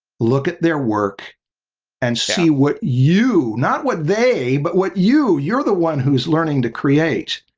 look at their work and see what you, not what they, but what you, you're the one who's learning to create,